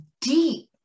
deep